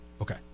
Okay